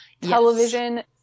television